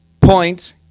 point